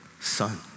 son